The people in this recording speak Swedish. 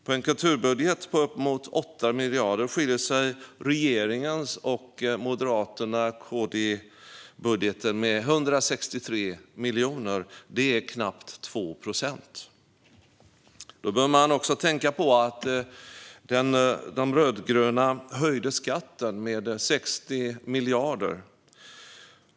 På en kulturbudget på uppemot 8 miljarder skiljer det 163 miljoner mellan regeringens och Moderaternas och KD:s budget. Det är knappt 2 procent. Då bör man tänka på att de rödgröna höjde skatten med 60 miljarder.